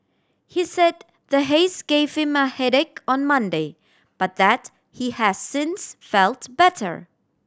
he said the haze gave him a headache on Monday but that he has since felt better